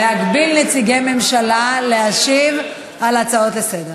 על נציגי ממשלה המשיבים על הצעות לסדר-היום.